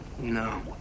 No